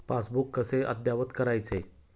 Passbook कसे अद्ययावत करायचे?